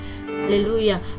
Hallelujah